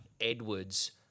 Edwards